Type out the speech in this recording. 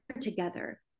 together